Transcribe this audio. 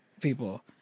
people